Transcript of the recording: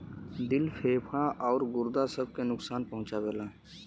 दिल फेफड़ा आउर गुर्दा सब के नुकसान पहुंचाएला